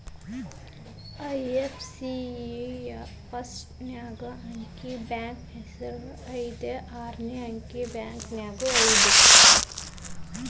IFSC ಯ first ನಾಕ್ ಅಂಕಿ ಬ್ಯಾಂಕಿನ್ ಹೆಸರ ಐದ್ ಆರ್ನೆ ಅಂಕಿ ಬ್ಯಾಂಕಿನ್ ಶಾಖೆನ ಪ್ರತಿನಿಧಿಸತ್ತ